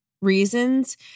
reasons